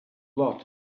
lot